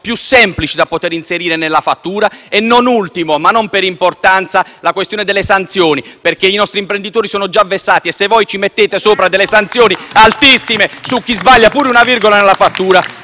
più semplici da poter inserire nella fattura. Ultima, ma non per importanza, è la questione delle sanzioni, perché i nostri imprenditori sono già vessati e, se voi prevedete delle sanzioni altissime per chi sbaglia pure una virgola nella fattura,